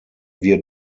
wir